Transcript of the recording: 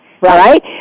Right